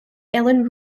alan